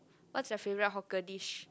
what's your favourite hawker dish